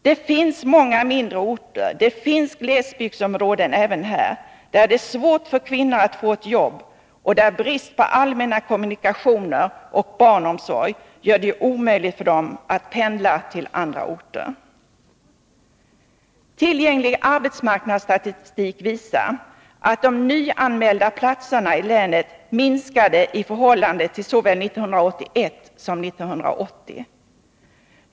Det finns många mindre orter, det finns glesbygdsområden även här, där det är svårt för kvinnor att få ett jobb, och där brist på allmänna kommunikationer och barnomsorg gör det omöjligt för dem att pendla till andra orter. Tillgänglig arbetsmarknadsstatistik visar att de nyanmälda platserna i länet minskade i förhållande till antalet såväl 1981 som 1980.